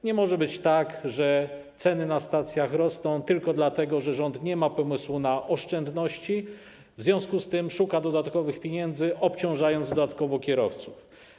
Nie może być tak, że ceny na stacjach rosną tylko dlatego, że rząd nie ma pomysłu na oszczędności, w związku z tym szuka dodatkowych pieniędzy, obciążając dodatkowo kierowców.